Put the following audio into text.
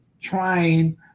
trying